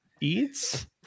Eats